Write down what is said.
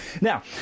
Now